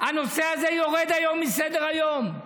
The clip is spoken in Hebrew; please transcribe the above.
הנושא הזה יורד היום מסדר-היום.